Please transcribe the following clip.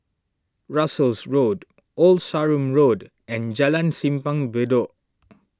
Russels Road Old Sarum Road and Jalan Simpang Bedok